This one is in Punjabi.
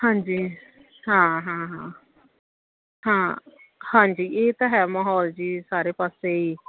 ਹਾਂਜੀ ਹਾਂ ਹਾਂ ਹਾਂ ਹਾਂਜੀ ਇਹ ਤਾਂ ਹੈ ਮਾਹੌਲ ਜੀ ਸਾਰੇ ਪਾਸੇ ਹੀ